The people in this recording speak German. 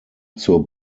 zur